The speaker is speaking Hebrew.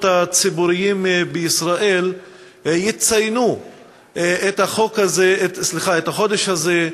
הציבוריים בישראל יציינו את החודש הזה,